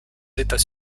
états